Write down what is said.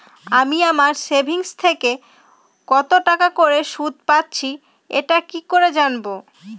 আমি আমার সেভিংস থেকে কতটাকা করে সুদ পাচ্ছি এটা কি করে জানব?